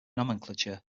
nomenclature